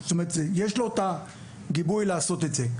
יש לו את הגיבוי לעשות את זה.